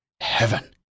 Heaven